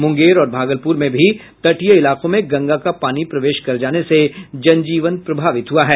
मुंगेर और भागलपुर में भी तटीय इलाकों में गंगा का पानी प्रवेश कर जाने से जनजीवन प्रभावित हुआ है